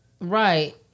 Right